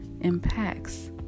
impacts